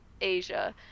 Asia